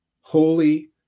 holy